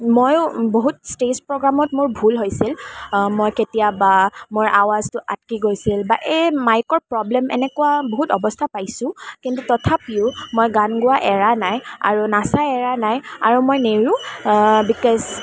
ময়ো বহুত ষ্টেজ প্ৰ'গ্ৰামত মোৰ ভুল হৈছিল মই কেতিয়াবা মোৰ আৱাজটো আট্কি গৈছিল বা এই মাইকৰ প্ৰব্লেম এনেকুৱা বহুত অৱস্থা পাইছোঁ কিন্তু তথাপিও মই গান গোৱা এৰা নাই আৰু নচা এৰা নাই আৰু মই নেৰোঁ বিক'জ